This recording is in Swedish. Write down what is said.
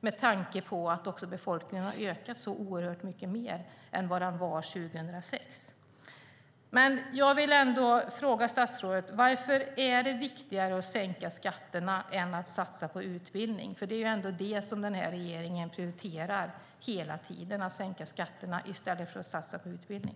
med tanke på att befolkningen har ökat så oerhört mycket sedan 2006. Jag vill fråga statsrådet: Varför är det viktigare att sänka skatterna än att satsa på utbildning? Det är ändå det som den här regeringen prioriterar hela tiden - att sänka skatterna i stället för att satsa på utbildning.